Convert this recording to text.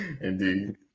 Indeed